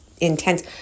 intense